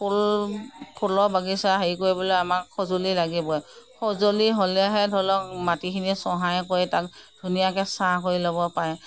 ফুল ফুলৰ বাগিচা হেৰি কৰিবলৈ আমাক সঁজুলি লাগিবই সঁজুলি হ'লেহে ধৰি লওক মাটিখিনি চহাই কৰি তাক ধুনীয়াকৈ চাহ কৰি ল'ব পাৰে